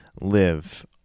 live